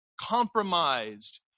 compromised